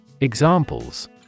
Examples